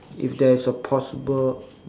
if there is a possible